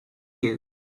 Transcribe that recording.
you